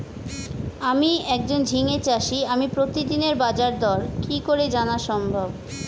আমি একজন ঝিঙে চাষী আমি প্রতিদিনের বাজারদর কি করে জানা সম্ভব?